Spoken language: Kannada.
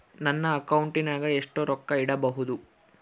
ನನ್ನ ಅಕೌಂಟಿನಾಗ ಎಷ್ಟು ರೊಕ್ಕ ಇಡಬಹುದು?